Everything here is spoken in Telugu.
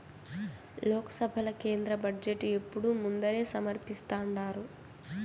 లోక్సభల కేంద్ర బడ్జెటు ఎప్పుడూ ముందరే సమర్పిస్థాండారు